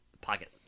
pocket